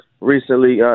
recently